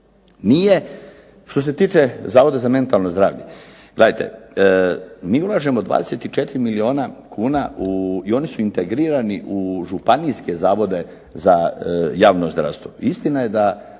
Nije što se tiče Zavoda za mentalno zdravlje, gledajte mi ulažemo 24 milijuna kuna i oni su integrirani u Županijske zavode za javno zdravstvo. Istina je da